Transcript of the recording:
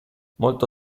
molto